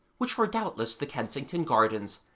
which were doubtless the kensington gardens,